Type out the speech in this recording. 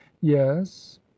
yes